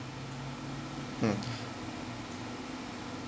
mm